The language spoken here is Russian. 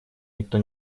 никто